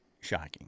shocking